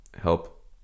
help